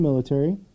military